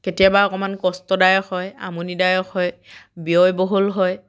কেতিয়াবা অকণমান কষ্টদায়ক হয় আমনিদায়ক হয় ব্যয়বহুল হয়